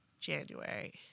January